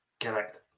Correct